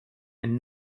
and